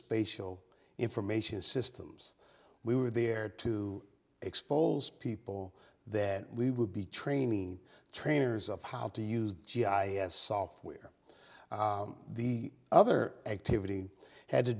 spatial information systems we were there to expose people that we would be training trainers of how to use g i software the other activity had to